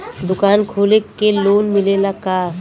दुकान खोले के लोन मिलेला का?